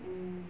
mm